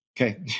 Okay